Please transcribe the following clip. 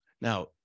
Now